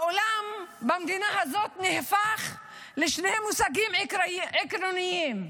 העולם במדינה הזאת נהפך לשני מושגים עקרוניים: